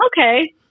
okay